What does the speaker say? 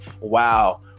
wow